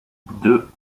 deux